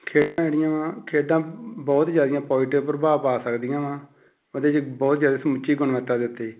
ਖੇਡਾਂ ਜਿਹੜੀਆਂ ਵਾ ਖੇਡਾਂ ਬਹੁਤ ਹੀ ਜ਼ਿਆਦਾ ਪੋਜ਼ੀਟਿਵ ਪ੍ਰਭਾਵ ਪਾ ਸਕਦੀਆਂ ਵਾ ਉਹਦੇ 'ਚ ਬਹੁਤ ਜ਼ਿਆਦਾ ਸਮੁੱਚੀ ਗੁਣਵੱਤਾ ਦੇ ਉੱਤੇ